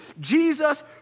Jesus